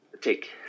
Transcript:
take